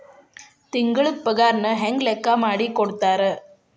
ತಿಂಗಳದ್ ಪಾಗಾರನ ಹೆಂಗ್ ಲೆಕ್ಕಾ ಮಾಡಿ ಕೊಡ್ತಾರಾ